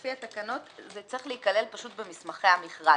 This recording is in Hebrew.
לפי התקנות זה צריך להיכלל פשוט במסמכי המכרז,